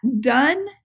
done